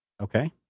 Okay